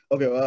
Okay